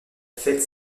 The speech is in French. fête